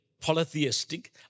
polytheistic